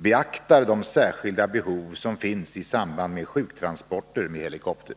beaktar de särskilda behov som finns i samband med sjuktransporter med helikopter.